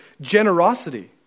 generosity